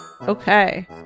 Okay